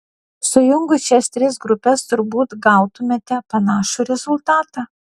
sujungus šias tris grupes turbūt gautumėme panašų rezultatą